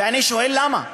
ואני שואל: למה?